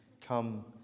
come